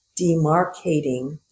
demarcating